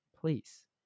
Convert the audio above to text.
Please